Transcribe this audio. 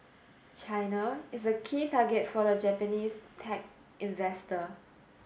China is a key target for the Japanese tech investor